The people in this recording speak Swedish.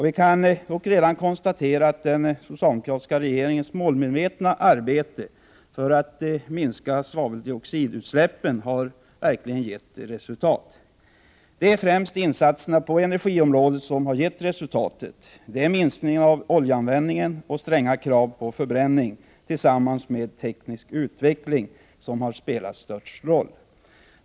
Vi kan dock redan konstatera att den socialdemokratiska regeringens målmedvetna arbete för att minska svaveldioxidutsläppen verkligen gett resultat. Det är främst insatserna på energiområdet som har gett resultat. Det är minskningen av oljeanvändningen och stränga krav på förbränning tillsammans med teknisk utveckling som har spelat den största rollen.